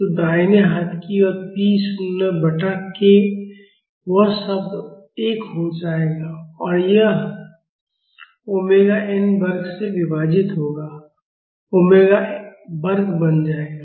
तो दाहिने हाथ की ओर p शून्य बटा k यह शब्द 1 हो जाएगा और यह ओमेगा n वर्ग से विभाजित ओमेगा वर्ग बन जाएगा